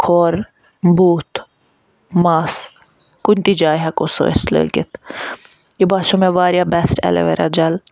کھۅر بُتھ مَس کُنہِ تہِ جایہِ ہیٚکو سُہ أسۍ لٲگِتھ یہِ باسٮ۪و مےٚ واریاہ بیٚسٹ ایٚلویرا جَل